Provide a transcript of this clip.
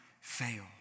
fail